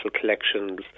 collections